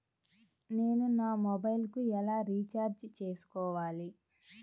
నేను నా మొబైల్కు ఎలా రీఛార్జ్ చేసుకోవాలి?